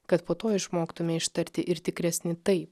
kad po to išmoktumėme ištarti ir tikresni tai